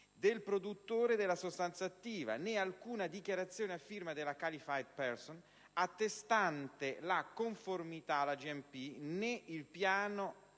del produttore della sostanza attiva, né alcuna dichiarazione, a firma della *qualified person*, attestante la conformità alla GMP, né il piano